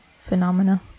phenomena